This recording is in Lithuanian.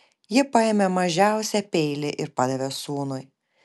ji paėmė mažiausią peilį ir padavė sūnui